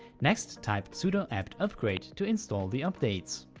next type sudo apt upgrade to install the updates.